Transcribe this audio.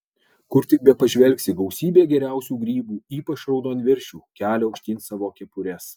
kur tik bepažvelgsi gausybė geriausių grybų ypač raudonviršių kelia aukštyn savo kepures